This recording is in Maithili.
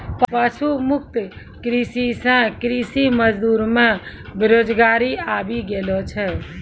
पशु मुक्त कृषि से कृषि मजदूर मे बेरोजगारी आबि गेलो छै